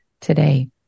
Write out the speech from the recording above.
today